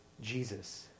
Jesus